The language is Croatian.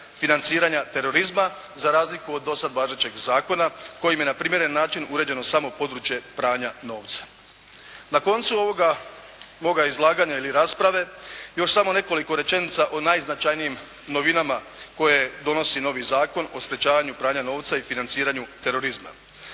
financiranja terorizma za razliku od dosad važećeg zakona kojim je na primjeren način uređeno samo područje pranja novca. Na koncu ovoga moga izlaganja ili rasprave još samo nekoliko rečenica o najznačajnijim novinama koje donosi novi Zakon o sprječavanju pranja novca i financiranju terorizma.